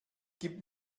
gibt